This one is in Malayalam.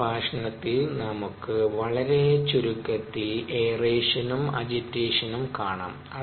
ഈ പ്രഭാഷണത്തിൽ നമുക്ക് വളരെ ചുരുക്കത്തിൽ എയറേഷനും അജിറ്റേഷനും കാണാം